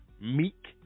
meek